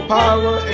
power